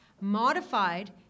modified